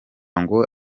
ngo